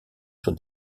sur